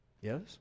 Yes